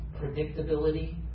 predictability